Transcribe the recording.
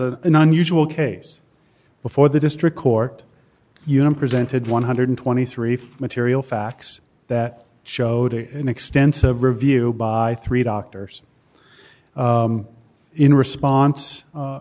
a an unusual case before the district court unum presented one hundred and twenty three material facts that showed an extensive review by three doctors in response